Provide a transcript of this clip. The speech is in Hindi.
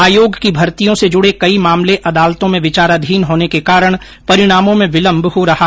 आयोग की भर्तियों से जुड़े कई मामले अदालतों में विचाराधीन होने के कारण परिणामों में विलम्ब हो रहा है